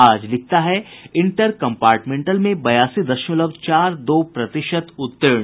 आज लिखता है इंटर कम्पार्टमेंटल में बयासी दशमलव चार दो प्रतिशत उत्तीर्ण